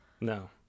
No